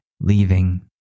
leaving